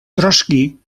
trotski